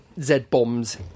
Z-bombs